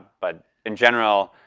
but in general,